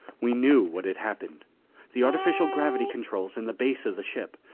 we knew what had happened the artificial gravity controls in the base of the ship,